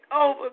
over